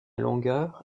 longueur